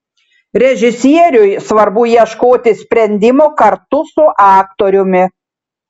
režisieriui svarbu ieškoti sprendimo kartu su aktoriumi